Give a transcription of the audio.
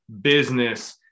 business